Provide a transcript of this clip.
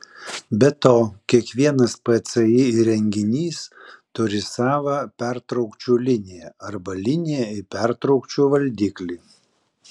be to kiekvienas pci įrenginys turi savą pertraukčių liniją arba liniją į pertraukčių valdiklį